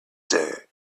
sir